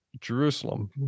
Jerusalem